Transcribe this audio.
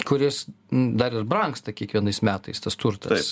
kuris dar ir brangsta kiekvienais metais tas turtas